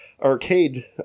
arcade